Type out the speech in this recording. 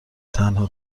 تنها